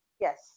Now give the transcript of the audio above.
yes